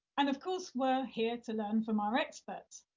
and of course, we're here to learn from our experts.